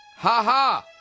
ha ha.